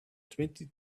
twenty